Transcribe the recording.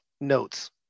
notes